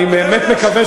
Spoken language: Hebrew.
אני באמת מקווה,